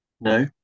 No